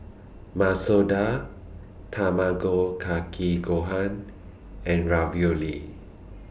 Masoor Dal Tamago Kake Gohan and Ravioli